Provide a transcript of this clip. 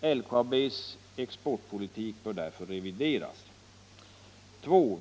LKAB:s exportpolitik bör därför revideras. 2.